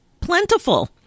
Plentiful